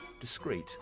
discreet